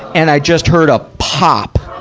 and i just heard a pop.